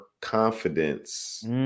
confidence